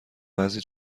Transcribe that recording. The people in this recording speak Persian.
بعضی